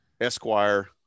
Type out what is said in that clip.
Esquire